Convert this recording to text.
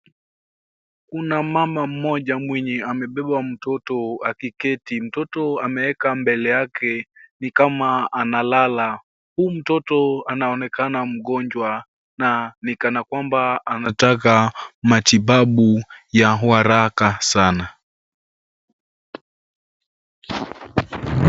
Kuna mama mmoja mwenye amebeba mtoto akaketi, mtoto ameweka mbele yake. Ni kama analala. Huyu mtoto anaonekana mgonjwa na ni kana kwamba anataka matibabu ya haraka sana.